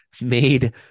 made